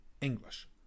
English